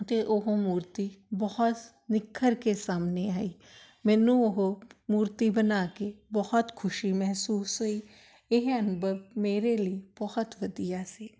ਅਤੇ ਉਹ ਮੂਰਤੀ ਬਹੁਤ ਨਿਖਰ ਕੇ ਸਾਹਮਣੇ ਆਈ ਮੈਨੂੰ ਉਹ ਮੂਰਤੀ ਬਣਾ ਕੇ ਬਹੁਤ ਖੁਸ਼ੀ ਮਹਿਸੂਸ ਹੋਈ ਇਹ ਅਨੁਭਵ ਮੇਰੇ ਲਈ ਬਹੁਤ ਵਧੀਆ ਸੀ